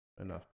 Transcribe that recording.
enough